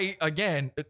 Again